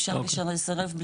אפשר לסרב,